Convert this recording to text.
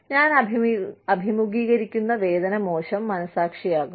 ഞാൻ അഭിമുഖീകരിക്കുന്ന വേദന മോശം മനസ്സാക്ഷിയാകും